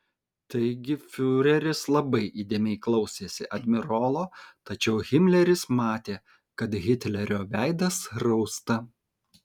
taigi fiureris labai įdėmiai klausėsi admirolo tačiau himleris matė kad hitlerio veidas rausta